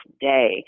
day